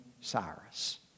Cyrus